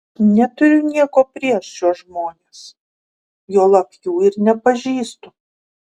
neturiu nieko prieš šiuos žmones juolab jų ir nepažįstu